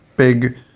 big